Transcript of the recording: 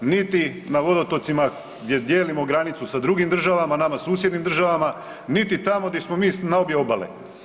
Niti na vodotocima gdje dijelimo granicu sa drugim državama, nama susjednim državama, niti tamo gdje smo mi na obje obale.